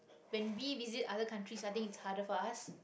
when we visit other countries i think it's harder for us